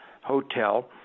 hotel